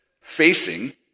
facing